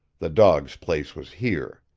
the dog's place was here.